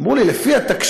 אמרו לי: לפי התקשי"ר,